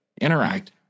Interact